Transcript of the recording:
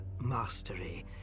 mastery